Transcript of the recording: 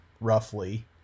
roughly